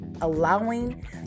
allowing